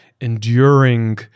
enduring